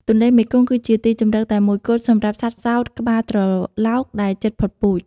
ទន្លេមេគង្គគឺជាទីជម្រកតែមួយគត់សម្រាប់សត្វផ្សោតក្បាលត្រឡោកដែលជិតផុតពូជ។